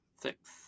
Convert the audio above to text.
Six